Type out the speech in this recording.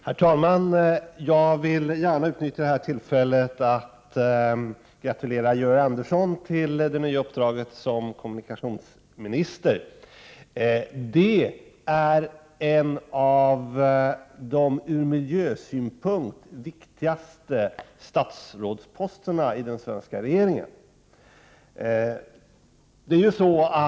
Herr talman! Jag vill gärna utnyttja detta tillfälle för att gratulera Georg Andersson till det nya uppdraget som kommunikationsminister. Det är en av de ur miljösynpunkt viktigaste statsrådsposterna i den svenska regeringen.